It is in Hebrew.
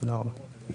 תודה רבה.